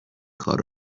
کار